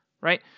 right